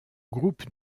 groupe